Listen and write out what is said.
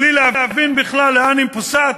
בלי להבין בכלל לאן היא פוסעת,